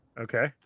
Okay